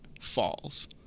falls